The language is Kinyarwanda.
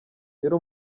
yari